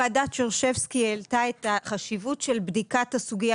ועדת שרשבסקי העלתה את החשיבות של בדיקת הסוגיה